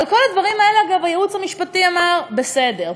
על כל הדברים האלה, אגב, הייעוץ המשפטי אמר: בסדר.